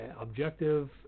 objective